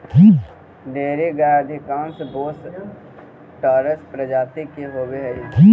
dairy गाय अधिकांश Bos taurus प्रजाति के होवऽ हइ